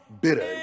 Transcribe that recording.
bitter